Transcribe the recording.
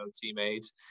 teammates